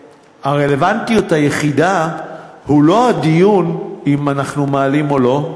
הרלוונטיות היחידה היא לא הדיון אם אנחנו מעלים או לא,